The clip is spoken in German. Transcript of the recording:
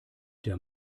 der